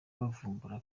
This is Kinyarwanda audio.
bavumbura